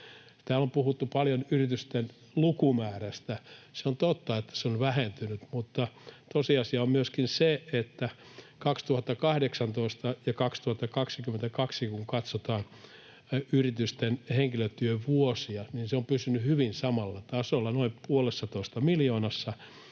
Täällä on puhuttu paljon yritysten lukumäärästä. Se on totta, että se on vähentynyt, mutta tosiasia on myöskin se, että 2018 ja 2022, kun katsotaan yritysten henkilötyövuosia, niin se on pysynyt hyvin samalla tasolla, noin puolessatoista miljoonassa.